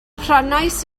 prynais